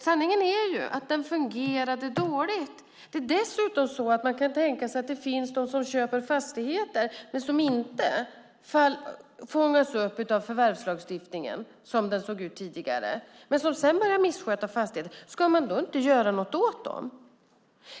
Sanningen är ju att den fungerade dåligt. Det är dessutom så att man kan tänka sig att det finns de som köper fastigheter som inte fångas upp av förvärvslagstiftningen som den såg ut tidigare men som sedan började missköta fastigheter. Ska man då inte göra något åt dem?